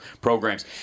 programs